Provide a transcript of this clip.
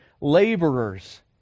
laborers